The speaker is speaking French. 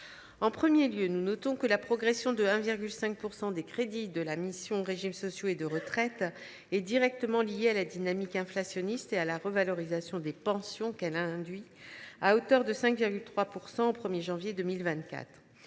En premier lieu, nous notons que la progression de 1,5 % des crédits de la mission « Régimes sociaux et de retraite » est directement liée à la dynamique inflationniste et à la revalorisation des pensions qu’elle induit, à hauteur de 5,3 % au 1 janvier 2024.